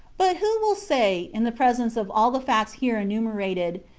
but who will say, in the presence of all the facts here enumerated,